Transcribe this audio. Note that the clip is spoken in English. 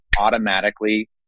automatically